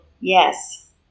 yes